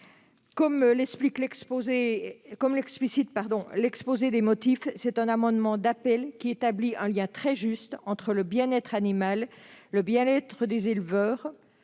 Comme l'explicite l'exposé des motifs, il s'agit d'un amendement d'appel, qui établit un lien très juste entre bien-être animal, bien-être des éleveurs